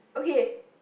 okay